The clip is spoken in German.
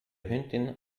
hündin